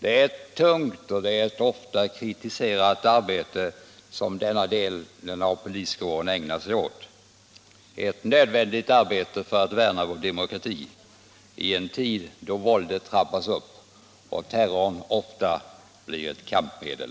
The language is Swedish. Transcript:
Det är ett tungt och ofta kritiserat arbete som denna del av vår poliskår ägnar sig åt, ett nödvändigt arbete för att värna om vår demokrati i en tid då våldet trappas upp och terror ofta blir ett kampmedel.